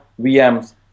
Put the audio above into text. VMs